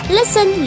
Listen